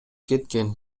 кеткен